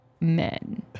men